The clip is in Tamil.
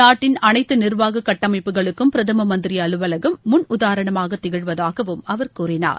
நாட்டின் அனைத்து நிர்வாக கட்டமைப்புகளுக்கும் பிரதம மந்திரி அலுவலகம் முன் உதாரணமாக திகழ்வதாக அவர் கூறினார்